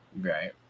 Right